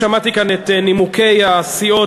שמעתי כאן את נימוקי הסיעות,